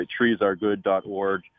TreesAreGood.org